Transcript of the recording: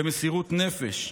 במסירות נפש,